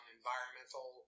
environmental